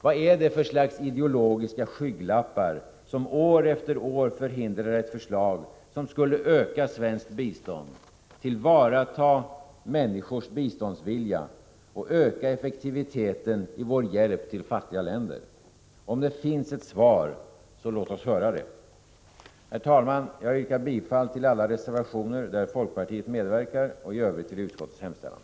Vad är det för slags ideologiska skygglappar som år efter år förhindrar ett förslag som skulle öka svenskt bistånd, tillvarata människors biståndsvilja och öka effektiviteten i vår hjälp till fattiga länder? Om det finns ett svar, så låt oss höra det! Herr talman! Jag yrkar bifall till alla reservationer där folkpartiet medverkar samt i övrigt till utskottets hemställan.